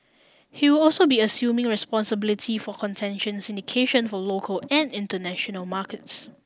he will also be assuming responsibility for contention syndication for local and international markets